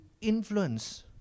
influence